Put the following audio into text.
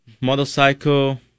motorcycle